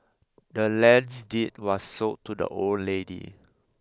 the land's deed was sold to the old lady